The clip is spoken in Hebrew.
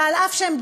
ואף שהם פועלים,